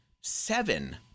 seven